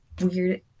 weird